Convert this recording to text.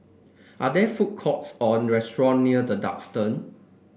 are there food courts or restaurant near The Duxton